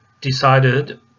decided